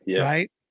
right